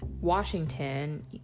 Washington